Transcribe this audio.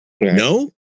No